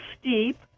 steep